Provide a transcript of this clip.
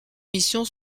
missions